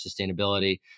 sustainability